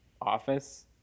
office